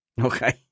Okay